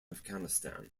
afghanistan